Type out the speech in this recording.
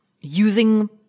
using